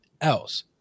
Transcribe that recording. else